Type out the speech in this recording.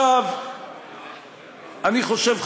חושב,